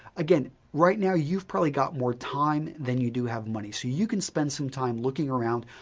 again, right now, you've probably got more time than you do have money, so you can spend some time looking around,